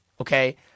Okay